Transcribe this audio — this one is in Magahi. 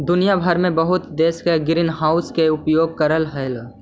दुनिया भर के बहुत देश ग्रीनहाउस के उपयोग कर रहलई हे